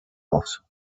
else